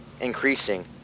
increasing